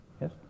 Yes